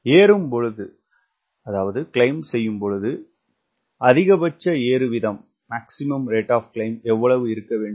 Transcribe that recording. இங்கே பார்த்தால் ஒரு நன்மை உள்ளது நீங்கள் Vs ஐ கையாள விரும்பினால் நீங்கள் VTO ஐ கையாள வேண்டும்